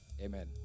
amen